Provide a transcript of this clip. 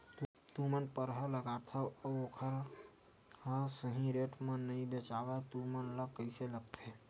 तू मन परहा लगाथव अउ ओखर हा सही रेट मा नई बेचवाए तू मन ला कइसे लगथे?